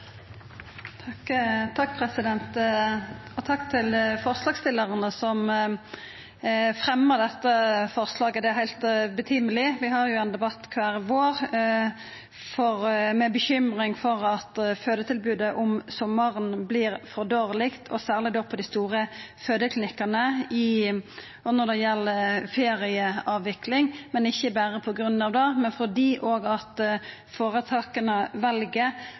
Takk til forslagsstillarane som fremja dette forslaget, det kom i heilt passande tid. Vi har jo ein debatt kvar vår med bekymring for at fødetilbodet om sommaren vert for dårleg, særleg på dei store fødeklinikkane og når det gjeld ferieavvikling, men ikkje berre på grunn av det: òg fordi føretaka vel å leggja ned nokre av fødestuene for å spara pengar. Så er det slik at